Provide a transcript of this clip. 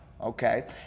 okay